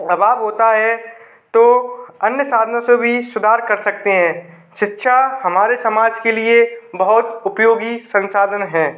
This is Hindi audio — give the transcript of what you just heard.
दबाव होता है तो अन्य साधनों से भी सुधार कर सकते हैं शिक्षा हमारे समाज के लिए बहोत उपयोगी संसाधन है